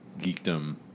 geekdom